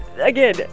again